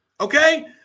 okay